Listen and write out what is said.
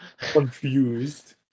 Confused